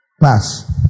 pass